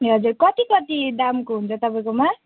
ए हजुर कति कति दामको हुन्छ तपाईँकोमा